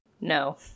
No